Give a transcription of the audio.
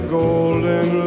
golden